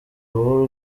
ruhu